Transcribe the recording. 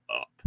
up